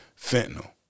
fentanyl